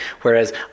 Whereas